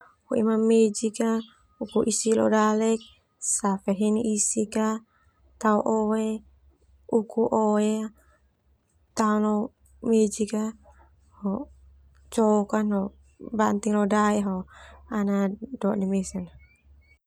Mejik poa isik leo dalek safe isik uku oe tao leo mejik cok banting leo dae ana dode mesak.